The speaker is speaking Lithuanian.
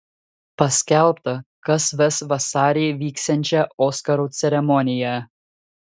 paskelbta kas ves vasarį vyksiančią oskarų ceremoniją